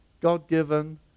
God-given